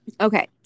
Okay